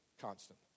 constant